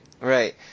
right